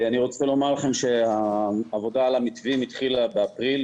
אני רוצה לומר לכם שהעבודה על המתווים התחילה באפריל,